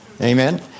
Amen